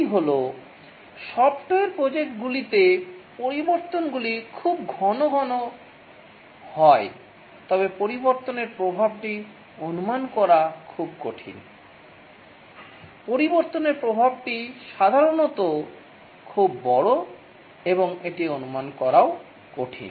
দ্বিতীয়টিটি হল সফ্টওয়্যার প্রজেক্টগুলিতে পরিবর্তনগুলি খুব ঘন ঘন হয় তবে পরিবর্তনের প্রভাবটি অনুমান করা খুব কঠিন পরিবর্তনের প্রভাবটি সাধারণত খুব বড় এবং এটি অনুমান করাও কঠিন